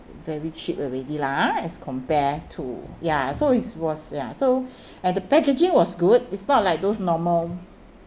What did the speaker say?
very cheap already lah ah as compare to ya so it was ya so and the packaging was good it's not like those normal